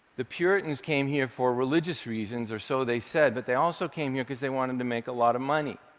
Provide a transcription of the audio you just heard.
the puritans came here for religious reasons, or so they said, but they also came here because they wanted to make a lot of money.